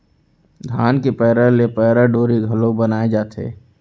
धान के पैरा ले पैरा डोरी घलौ बनाए जाथे